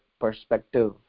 perspective